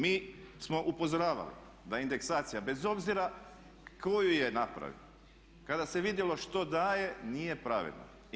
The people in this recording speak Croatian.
Mi smo upozoravali da indeksacija bez obzira ko ju je napravio kada se vidjelo što daje nije pravedna.